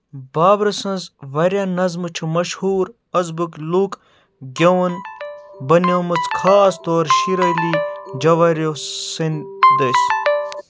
بابرٕ سٕنٛز واریاہ نظمہٕ چھُ مَشہوٗر آزبک لوٗک گیٚوُن بَنیٚمٕژ ، خاص طور شیرالی جورایو سٕنٛدۍ دٔسۍ